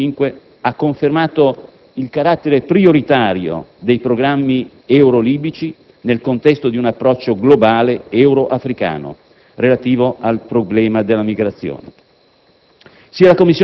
del dicembre 2005 ha confermato il carattere prioritario dei programmi euro-libici nel contesto di un approccio globale euro-africano relativo al problema delle migrazioni.